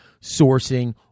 sourcing